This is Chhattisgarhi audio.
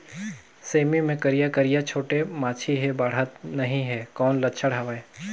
सेमी मे करिया करिया छोटे माछी हे बाढ़त नहीं हे कौन लक्षण हवय?